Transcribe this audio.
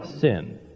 sin